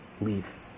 leave